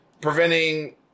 preventing